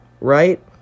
right